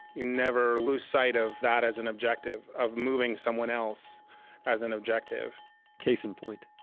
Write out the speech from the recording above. you never lose sight of that as an objective of moving someone else as an objective case in point.